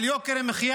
על יוקר המחיה